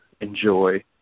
enjoy